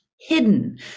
hidden